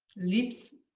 lips.